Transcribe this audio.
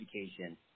education